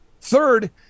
Third